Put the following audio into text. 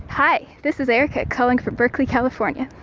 hi. this is erica calling from berkeley, calif. ah and